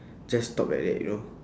just stop like that you know